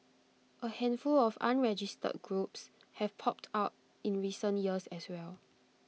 A handful of unregistered groups have popped up in recent years as well